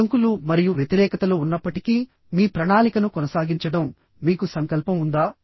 అడ్డంకులు మరియు వ్యతిరేకతలు ఉన్నప్పటికీ మీ ప్రణాళికను కొనసాగించడం మీకు సంకల్పం ఉందా